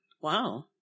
Wow